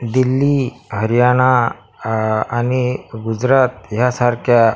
दिल्ली हरियाना आणि गुजरात ह्यासारख्या